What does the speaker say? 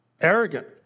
arrogant